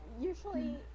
usually